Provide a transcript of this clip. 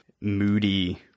moody